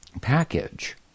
package